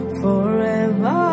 forever